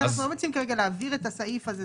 לכן אנחנו לא מציעים כרגע להעביר את הסעיף הזה,